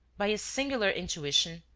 by a singular intuition,